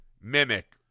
Mimic